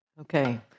Okay